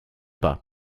pas